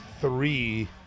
three